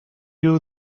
you